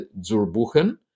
Zurbuchen